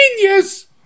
genius